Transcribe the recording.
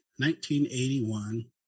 1981